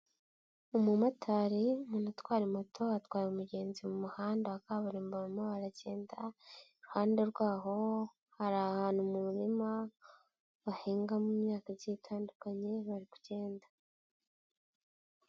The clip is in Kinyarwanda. Umumotari, umuntu utwara moto atwaye umugenzi mu muhanda wa kaburimbo barimo baragenda iruhande rw'aho hari ahantu mu murima bahingamo imyaka igiye itandukanye bari kugenda.